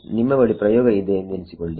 ನಿಮ್ಮ ಬಳಿ ಪ್ರಯೋಗ ಇದೆ ಎಂದೆನಿಸಿಕೊಳ್ಳಿ